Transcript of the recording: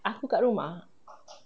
aku kat rumah